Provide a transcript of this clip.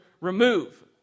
remove